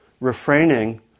refraining